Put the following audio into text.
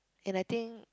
and I think